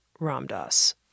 Ramdas